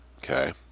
Okay